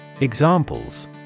Examples